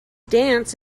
dance